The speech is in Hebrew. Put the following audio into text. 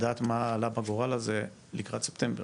לדעת מה עלה בגורל של הדבר הזה, לקראת ספטמבר,